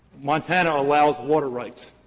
montana allows water rights,